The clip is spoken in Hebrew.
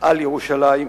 על ירושלים,